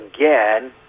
again